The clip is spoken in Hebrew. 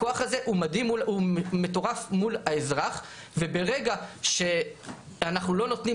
הכוח הזה הוא מטורף מול האזרח וברגע שאנחנו לא נותנים